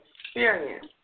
experience